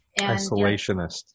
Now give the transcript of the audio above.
Isolationist